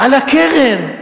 על הקרן.